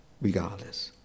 regardless